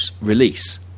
release